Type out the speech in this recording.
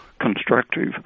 constructive